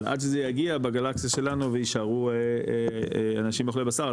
אבל עד שזה יגיע בגלקסיה שלנו ויישארו אנשים אוכלי בשר,